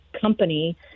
company